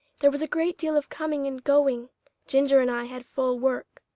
there was a great deal of coming and going ginger and i had full work.